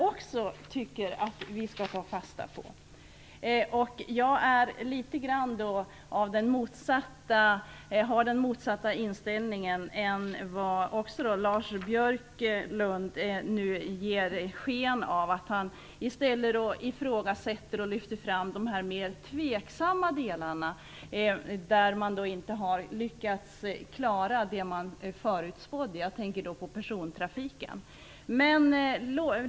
Det skall vi också ta fasta på. Lars Björklund ifrågasätter och lyfter fram de mer tveksamma delarna, där man inte har lyckats klara det man förutspådde. Jag tänker på persontrafiken. Jag har motsatt inställning.